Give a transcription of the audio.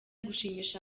gushimisha